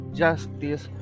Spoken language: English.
justice